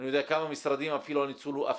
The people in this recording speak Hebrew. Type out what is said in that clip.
אני יודע שבכמה משרדים הניצול הוא אפסי.